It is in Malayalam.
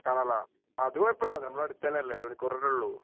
ടണലോ അത് കുഴപ്പമില്ല നമ്മുടെ അടുത്തുതന്നെയല്ലേ ഒരു മണിക്കൂർ അല്ലേ ഉള്ളൂ